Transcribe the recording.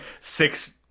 six